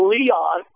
Leon